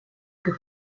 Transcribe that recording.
que